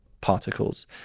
particles